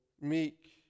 meek